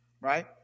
right